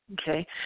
Okay